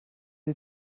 sie